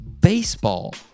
Baseball